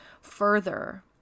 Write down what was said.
further